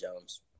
Jones